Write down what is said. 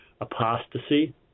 apostasy